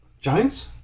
Giants